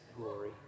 glory